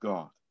God